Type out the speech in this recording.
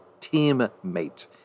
teammate